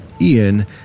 Ian